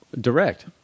direct